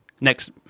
Next